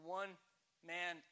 one-man